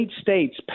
states